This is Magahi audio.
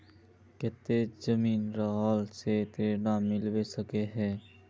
केते जमीन रहला से ऋण मिलबे सके है?